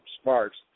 Sparks